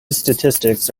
statistics